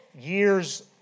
years